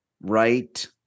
right